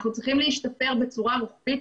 בשמחה.